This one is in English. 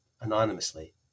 anonymously